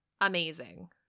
amazing